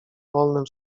wolnym